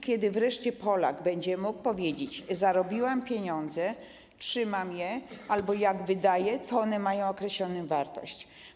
Kiedy wreszcie Polak będzie mógł powiedzieć: zarobiłem pieniądze, trzymam je albo jak je wydaję, to one mają określoną wartość?